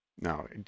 No